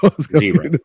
Zero